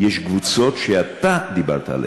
יש קבוצות שאתה דיברת עליהן,